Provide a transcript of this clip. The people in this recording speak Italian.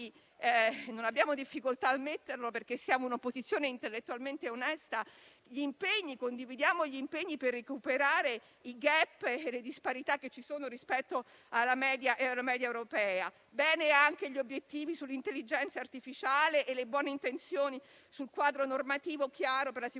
non abbiamo difficoltà ad ammetterlo, perché siamo un'opposizione intellettualmente onesta - gli impegni per recuperare il *gap* e le disparità che ci sono rispetto alla media europea. Vanno bene anche gli obiettivi sull'intelligenza artificiale e le buone intenzioni sul quadro normativo chiaro per la sicurezza